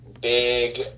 big